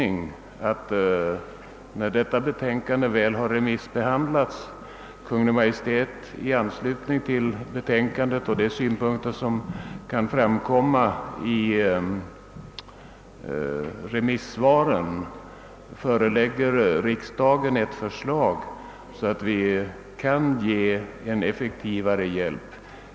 När detta betänkande väl har remissbehandlats, är det min förhoppning att Kungl. Maj:t i anslutning till betänkandet och de synpunkter som kan framkomma i remisssvaren förelägger riksdagen ett förslag, så att vi kan ge en effektivare hjälp.